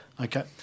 Okay